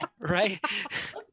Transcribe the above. Right